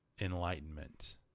enlightenment